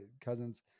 Cousins